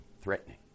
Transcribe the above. threatening